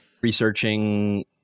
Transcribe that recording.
researching